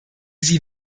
sie